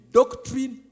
doctrine